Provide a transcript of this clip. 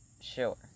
Sure